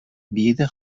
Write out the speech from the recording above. bideo